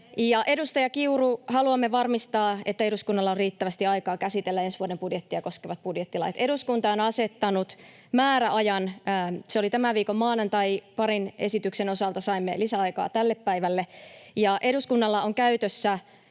edustaja Kiuru, haluamme varmistaa, että eduskunnalla on riittävästi aikaa käsitellä ensi vuoden budjettia koskevat budjettilait. Eduskunta on asettanut määräajan. Se oli tämän viikon maanantai. Parin esityksen osalta saimme lisäaikaa tälle päivälle. Eduskunnalla on käytössä